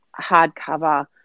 hardcover